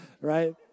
right